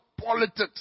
politics